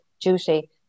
duty